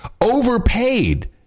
overpaid